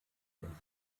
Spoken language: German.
und